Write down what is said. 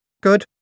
Good